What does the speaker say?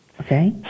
Okay